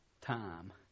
time